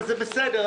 וזה בסדר,